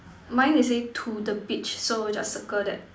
mine they say to the beach so just circle that